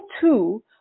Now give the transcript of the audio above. two